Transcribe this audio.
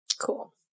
Cool